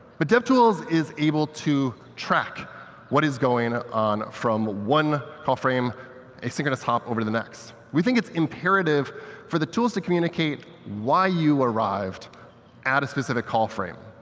but devtools is able to track what is going on from one call frame asynchronous hop over to the next. we think it's imperative for the tools to communicate why you arrived at a specific call frame.